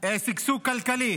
שגשוג כלכלי